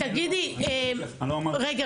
רגע,